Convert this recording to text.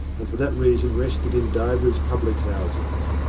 and for that reason rested in divers public-houses.